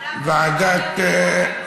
לוועדת החינוך.